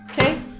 Okay